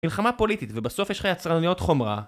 מלחמה פוליטית, ובסוף יש לך יצרניות חומרה